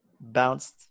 bounced